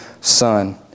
son